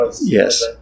Yes